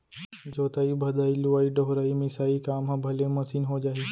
जोतइ भदई, लुवइ डोहरई, मिसाई काम ह भले मसीन हो जाही